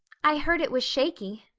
i heard it was shaky,